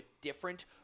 different